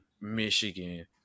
Michigan